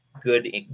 good